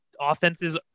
offenses